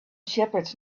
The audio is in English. shepherds